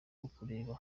ukureba